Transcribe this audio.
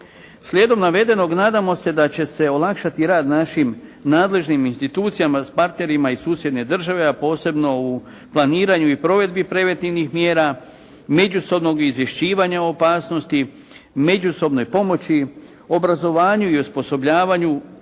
Slijedom navedenog nadamo se da će se olakšati rad našim nadležnim institucijama s partnerima iz susjedne države, a posebno u planiranju i provedbi preventivnih mjera, međusobnog izvješćivanja o opasnosti, međusobnoj pomoći, obrazovanju i o osposobljavanju,